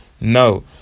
No